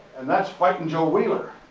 and that's fightin' joe wheeler.